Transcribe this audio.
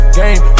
game